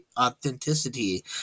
authenticity